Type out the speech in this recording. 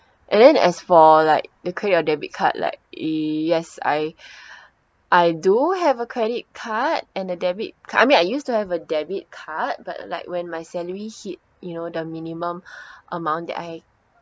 and then as for like the credit or debit card like eh yes I I do have a credit card and a debit card I mean I used to have a debit card but like when my salary hit you know the minimum amount that I